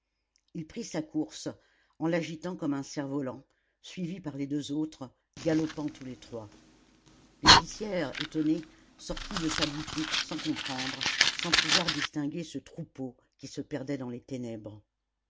il prit sa course en l'agitant comme un cerf-volant suivi par les deux autres galopant tous les trois l'épicière étonnée sortit de sa boutique sans comprendre sans pouvoir distinguer ce troupeau qui se perdait dans les ténèbres